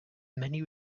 many